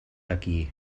aquí